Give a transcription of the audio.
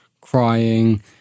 crying